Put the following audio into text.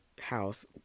house